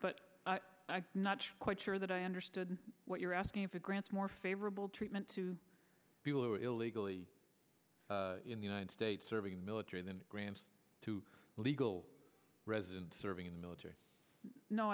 but i'm not quite sure that i understood what you're asking for grants more favorable treatment to people who are illegally in the united states serving military than grants to legal resident serving in the military no